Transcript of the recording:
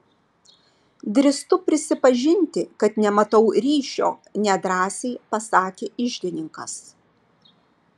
drįstu prisipažinti kad nematau ryšio nedrąsiai pasakė iždininkas